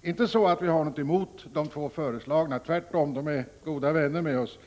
Det är inte så, att vi har något emot dessa båda — tvärtom. De är goda vänner till oss.